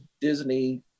disney